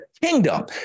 kingdom